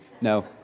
No